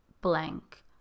blank